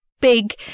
big